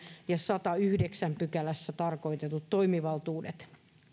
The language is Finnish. ja sadannessayhdeksännessä pykälässä tarkoitetut toimivaltuudet